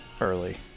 early